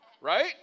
Right